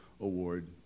award